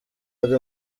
ari